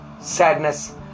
sadness